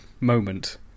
moment